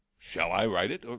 shall i write it,